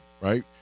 right